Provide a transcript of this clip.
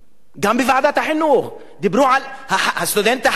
גם בוועדת החינוך דיברו על הסטודנט החייל,